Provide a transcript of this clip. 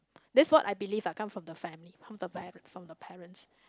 this is what I believe lah come from the family from the par~ from the parents